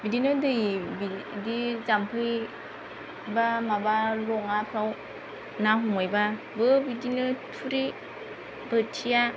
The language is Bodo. बिदिनो दै बिदि जाम्फै बा माबा लङाफ्राव ना हमहैबाबो बिदिनो थुरि बोथिया